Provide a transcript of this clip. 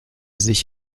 sich